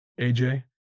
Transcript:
AJ